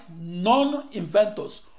non-inventors